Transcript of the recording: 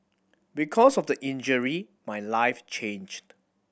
because of the injury my life changed